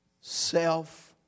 self